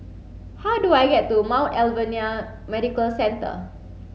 how do I get to Mount Alvernia Medical Centre